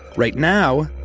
right now,